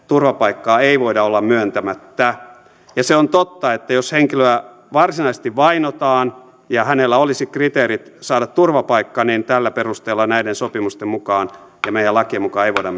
turvapaikkaa ei voida olla myöntämättä se on totta että jos henkilöä varsinaisesti vainotaan ja hänellä olisi kriteerit saada turvapaikka niin tällä perusteella näiden sopimusten mukaan ja meidän lakiemme mukaan ei voida